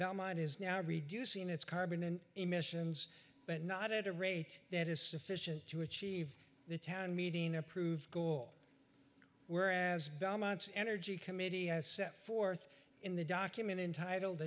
belmont is now reducing its carbon emissions but not at a rate that is sufficient to achieve the town meeting approved goal whereas belmont's energy committee has set forth in the document entitled